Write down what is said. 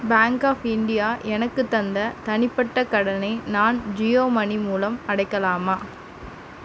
bank of India எனக்குத் தந்த தனிப்பட்ட கடனை நான் ஜியோ மனி மூலம் அடைக்கலாமா